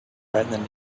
frightened